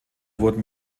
wurden